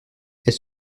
elle